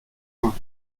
main